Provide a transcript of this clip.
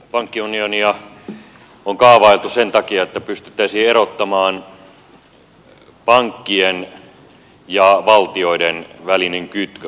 pankkiunionia on kaavailtu sen takia että pystyttäisiin erottamaan pankkien ja valtioiden välinen kytkös